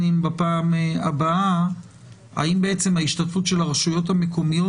אם בפעם הבאה האם ההשתתפות של הרשויות המקומיות